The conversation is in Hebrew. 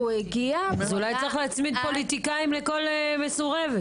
אז אולי צריך להצמיד פוליטיקאים לכל מסורבת.